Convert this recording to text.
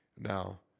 now